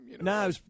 No